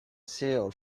sealed